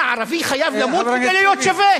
מה, ערבי חייב למות כדי להיות שווה?